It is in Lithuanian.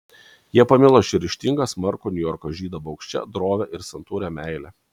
jie pamilo šį ryžtingą smarkų niujorko žydą baugščia drovia ir santūria meile